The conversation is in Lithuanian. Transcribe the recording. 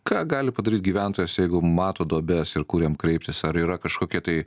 ką gali padaryt gyventojas jeigu mato duobes ir kur jam kreiptis ar yra kažkokie tai